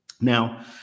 Now